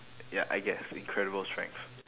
ya I guess incredible strength